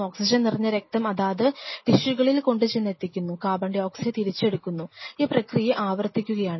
oxygen നിറഞ്ഞ രക്തം അതാത് ടിഷ്യുകളിൽ കൊണ്ടു ചെന്നെത്തിക്കുന്നു കാർബൺഡയോക്സൈഡ് തിരിച്ചെടുക്കുന്നു ഈ പ്രക്രിയ ആവർത്തിക്കുകയാണ്